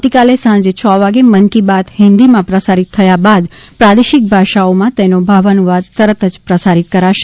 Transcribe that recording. આવતીકાલે સાંજે છ વાગે મન કી બાત હિન્દીમાં પ્રસારિત થયા બાદ પ્રાદેશિક ભાષાઓમાં તેનો ભાવાનુવાદ તરત જ પ્રસારિત કરાશે